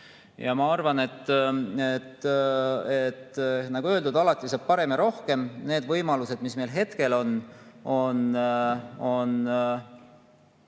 Ja ma arvan, nagu öeldud, et alati saab teha paremini ja rohkem. Need võimalused, mis meil hetkel on, on